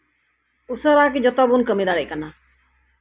ᱟᱹᱰᱤ ᱩᱥᱥᱟᱹᱨᱟᱜᱮ ᱡᱚᱛᱚ ᱵᱚᱱ ᱠᱟᱹᱢᱤ ᱫᱟᱲᱮᱭᱟᱜ ᱠᱟᱱᱟ